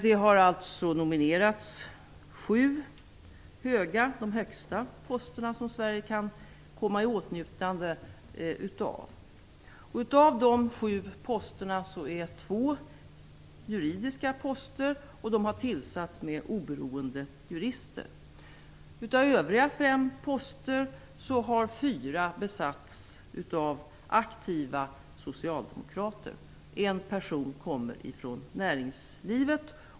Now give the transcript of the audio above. Det har alltså nominerats till sju höga poster - de högsta posterna som Sverige kan komma i åtnjutande av. Av de sju posterna är två juridiska poster. De har tillsatts med oberoende jurister. Av övriga fem poster har fyra besatts av aktiva socialdemokrater. En person kommer från näringslivet.